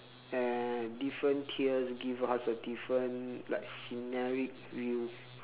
and different tiers give us a different like scenaric view